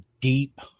deep